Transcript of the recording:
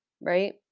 right